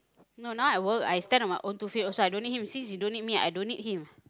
no now I work I stand on my own two feet also I don't need him since he don't need me also I don't need him